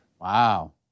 Wow